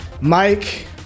Mike